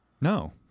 No